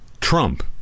Trump